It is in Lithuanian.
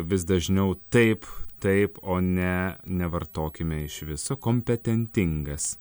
vis dažniau taip taip o ne nevartokime iš viso kompetentingas